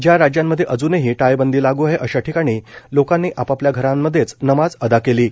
ज्या राज्यांमध्ये अजूनही टाळेबंदी लाग् आहे अशा ठिकाणी लोकांनी आपापल्या घरांमध्येच नमाज अदा केली आहे